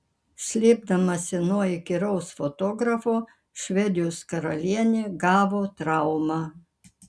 slėpdamasi nuo įkyraus fotografo švedijos karalienė gavo traumą